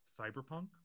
cyberpunk